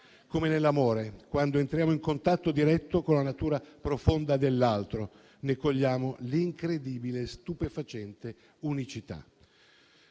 Come nell'amore quando entriamo in contatto diretto con la natura profonda dell'altro, ne cogliamo l'incredibile stupefacente e unicità.».